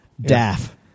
Daff